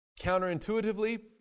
Counterintuitively